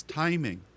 timing